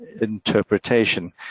interpretation